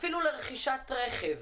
אפילו לרכישת רכב,